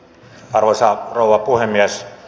arvoisa rouva puhemies